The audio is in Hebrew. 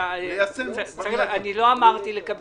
אם אנחנו רוצים